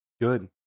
Good